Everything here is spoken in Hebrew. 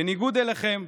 בניגוד אליכם,